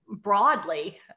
broadly